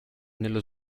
nello